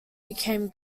became